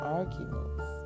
arguments